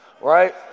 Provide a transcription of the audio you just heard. Right